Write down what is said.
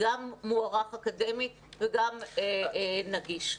מוערך אקדמית וגם נגיש.